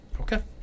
okay